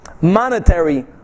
monetary